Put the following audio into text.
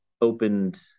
opened